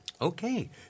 Okay